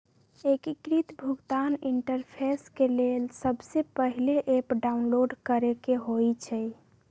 एकीकृत भुगतान इंटरफेस के लेल सबसे पहिले ऐप डाउनलोड करेके होइ छइ